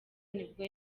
nibwo